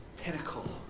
pinnacle